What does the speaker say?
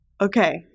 Okay